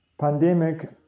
Pandemic